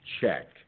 check